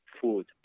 food